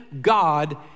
God